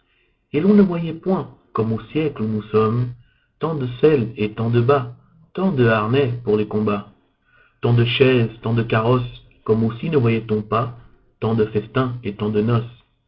et l'on ne voyait point comme au siècle où nous sommes tant de selles et tant de bâts tant de harnais pour les combats tant de chaises tant de carrosses comme aussi ne voyait-on pas tant de festins et tant de noces